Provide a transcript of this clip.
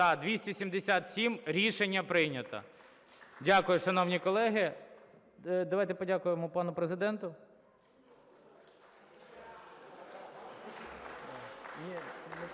За-277 Рішення прийнято. Дякую, шановні колеги. Давайте подякуємо пану Президенту.